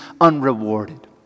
unrewarded